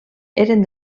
eren